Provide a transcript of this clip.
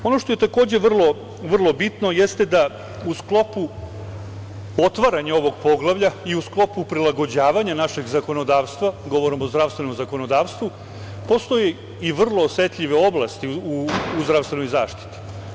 Ono što je vrlo bitno jeste da u sklopu otvaranja ovog poglavlja i u sklopu prilagođavanja našeg zakonodavstva, govorim o zdravstvenom zakonodavstvu, postoje vrlo osetljive oblasti u zdravstvenoj zaštiti.